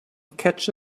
catch